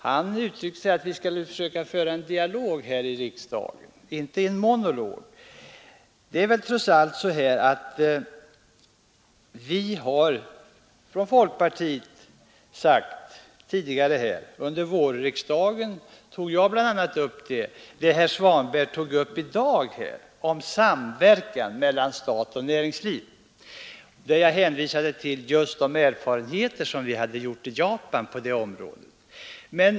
Han sade ju att vi borde försöka föra en dialog här i riksdagen — inte en monolog. Det är väl trots allt så att vi från folkpartiet tidigare har fört fram — jag gjorde det under vårriksdagen — samma sak som herr Svanberg tog upp i dag, nämligen samverkan mellan stat och näringsliv. Jag hänvisade då till de erfarenheter som näringsutskottet fått del av i Japan på just det området.